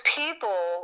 people